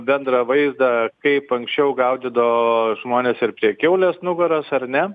bendrą vaizdą kaip anksčiau gaudydavo žmonės ir prie kiaulės nugaros ar ne